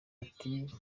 ati